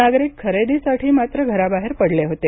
नागरिक खरेदीसाठी मात्र घराबाहेर पडले होते